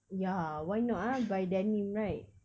ya why not ah buy denim right